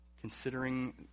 considering